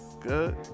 Good